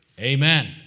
Amen